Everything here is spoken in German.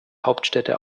hauptstädte